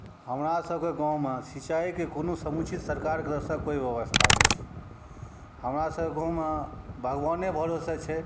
हमरासबके गाममे सिँचाइके सरकारके द्वारा कोनो समुचित व्यवस्था नहि कएल गेल अछि हमरासबके गाममे भगवाने भरोसे छै